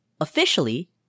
officially